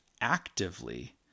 actively